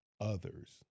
others